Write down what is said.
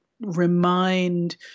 Remind